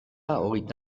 hogeita